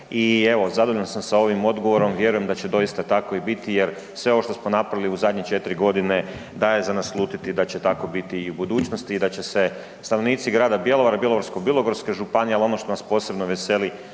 i evo zadovoljan sam sa ovim odgovorom. Vjerujem da će doista tako i biti jer sve ovo što smo napravili u zadnje 4.g. daje za naslutiti da će tako biti i u budućnosti i da će se stanovnici grada Bjelovara i Bjelovarsko-bilogorske županije, al ono što nas posebno veseli